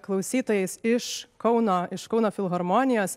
klausytojais iš kauno iš kauno filharmonijos